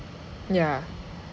yeah